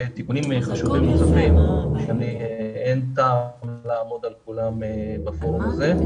ותיקונים חשובים נוספים שאין טעם לעמוד על כולם בפורום הזה.